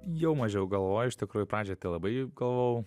jau mažiau galvoju iš tikrųjų pradžioj tai labai galvojau